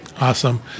Awesome